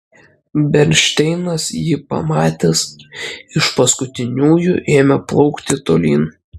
bernšteinas jį pamatęs iš paskutiniųjų ėmė plaukti tolyn